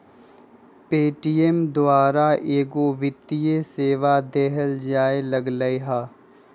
Paytm द्वारा कएगो वित्तीय सेवा देल जाय लगलई ह